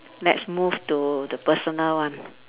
let's move to the personal one